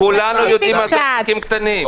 תלמד אותי על עסקים קטנים.